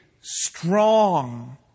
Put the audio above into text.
strong